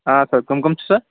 اَدٕ سا کٕم کٕم چھُ سر